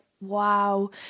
Wow